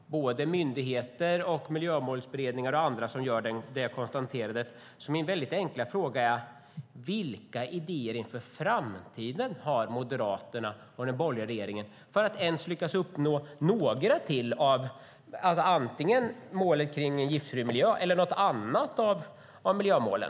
Både myndigheter, Miljömålsberedningen och andra gör samma konstaterande, så min väldigt enkla fråga är: Vilka idéer inför framtiden har Moderaterna och den borgerliga regeringen för att ens lyckas uppnå några av målen för en giftfri miljö eller något annat av miljömålen?